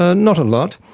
ah not a lot,